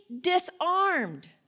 disarmed